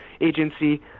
Agency